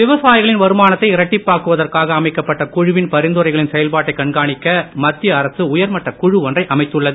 விவசாயிகளின் வருமானத்தை இரட்டிப்பாக்குவதற்காக அமைக்கப்பட்ட குழுவின் பரிந்துரைகளின் செயல்பாட்டை கண்காணிக்க மத்திய அரசு உயர்மட்டக் குழு ஒன்றை அமைத்துள்ளது